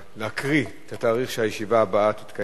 להקריא את התאריך שבו תתקיים הישיבה הבאה,